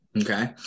Okay